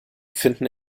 finden